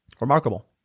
Remarkable